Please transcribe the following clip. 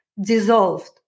dissolved